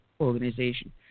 organization